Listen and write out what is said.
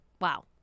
Wow